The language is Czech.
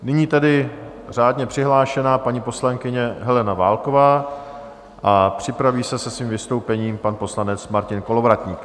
Nyní tedy řádně přihlášená paní poslankyně Helena Válková a připraví se se svým vystoupením pan poslanec Martin Kolovratník.